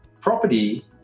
property